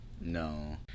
No